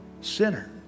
sinner